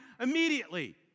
immediately